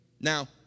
Now